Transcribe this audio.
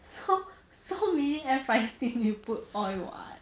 so so meaning air fryer still need to put oil [what]